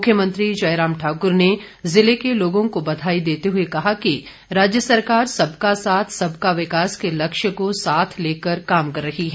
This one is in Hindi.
मुख्यमंत्री जयराम ठाकुर ने ज़िले के लोगों को बधाई देते हुए कहा कि राज्य सरकार सबका साथ सबका विकास के लक्ष्य को साथ लेकर काम कर रही है